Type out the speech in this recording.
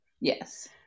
Yes